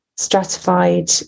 stratified